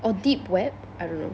or deep web I don't know